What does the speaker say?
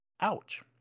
Ouch